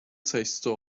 tastes